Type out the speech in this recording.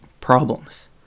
Problems